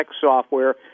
software